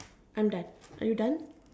I'm done are you done